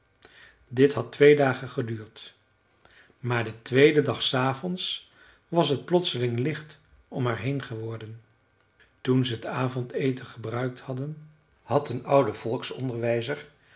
dit had twee dagen geduurd maar den tweeden dag s avonds was het plotseling licht om haar heen geworden toen ze t avondeten gebruikt hadden had een oude